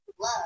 love